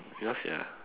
ya sia